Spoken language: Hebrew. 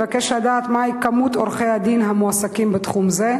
מה הוא מספר עורכי-הדין המועסקים בתחום זה?